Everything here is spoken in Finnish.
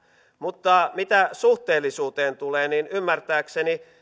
mutta mitä suhteellisuuteen tulee niin ymmärtääkseni